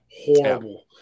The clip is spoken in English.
Horrible